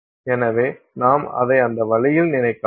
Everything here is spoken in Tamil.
எனவே நாம் அதை அந்த வழியில் நினைக்கலாம்